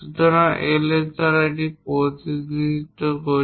সুতরাং আমরা Ls দ্বারা এটি প্রতিনিধিত্ব করি